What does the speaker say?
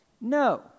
No